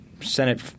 Senate